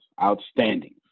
Outstanding